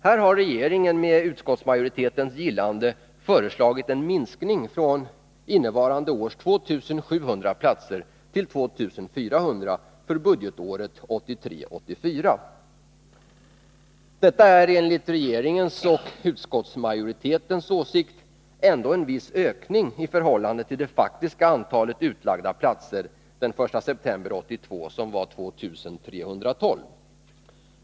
Här har regeringen, med utskottsmajoritetens gillande, föreslagit en minskning från innevarande års 2700 platser till 2400 för budgetåret 1983/84. Detta är enligt regeringen och utskottsmajoriteten ändå en viss ökning i förhållande till det den 1 september 1982 faktiska antalet utlagda platser, som var 2 312.